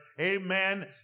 amen